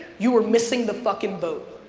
you are missing the fucking boat.